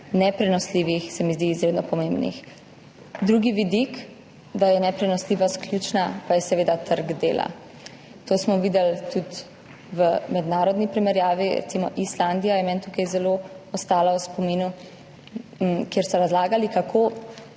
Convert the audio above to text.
neprenosljivih 60 dni izredno pomembnih. Drugi vidik tega, da je neprenosljivost ključna, pa je seveda trg dela. To smo videli tudi v mednarodni primerjavi, recimo Islandija je tukaj meni zelo ostala v spominu, kjer so razlagali, kako